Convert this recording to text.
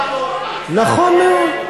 נכון מאוד.